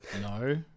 No